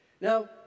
Now